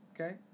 Okay